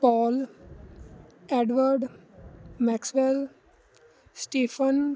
toil edward maxwell stephen